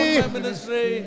ministry